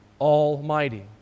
Almighty